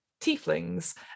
tieflings